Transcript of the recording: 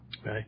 okay